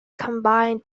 combine